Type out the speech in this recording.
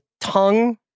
tongue